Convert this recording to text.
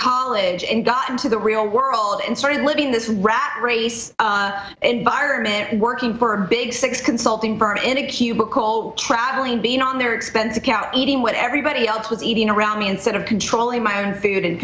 college and got into the real world and started living this rat race and barnett working for big six consulting firm in a cubicle traveling being on their expense account eating what everybody else was eating around me and sort of controlling my own food and